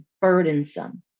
burdensome